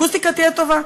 האקוסטיקה תהיה טובה.